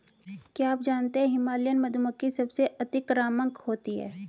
क्या आप जानते है हिमालयन मधुमक्खी सबसे अतिक्रामक होती है?